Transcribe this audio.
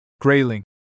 grayling